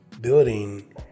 building